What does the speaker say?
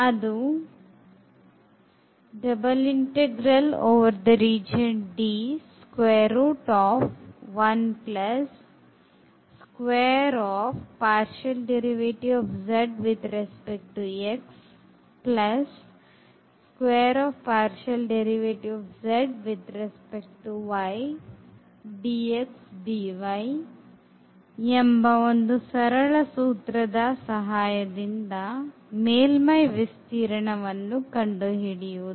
ಅದು ಎಂಬ ಒಂದು ಸರಳ ಸೂತ್ರದ ಸಹಾಯದಿಂದ ಮೇಲ್ಮೈ ವಿಸ್ತೀರ್ಣವನ್ನು ಕಂಡು ಹಿಡಿಯುವುದು